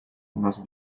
unos